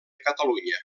catalunya